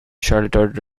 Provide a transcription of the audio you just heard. sheltered